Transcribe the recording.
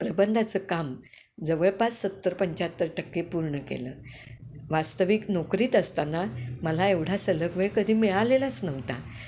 प्रबंधाचं काम जवळपास सत्तर पंच्याहत्तर टक्के पूर्ण केलं वास्तविक नोकरीत असताना मला एवढा सलग वेळ कधी मिळालेलाच नव्हता